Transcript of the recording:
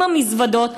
עם המזוודות,